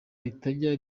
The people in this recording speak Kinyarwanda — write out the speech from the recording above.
ritajya